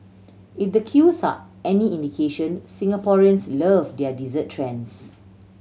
if the queues are any indication Singaporeans love their dessert trends